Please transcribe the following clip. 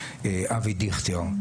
אבי דיכטר,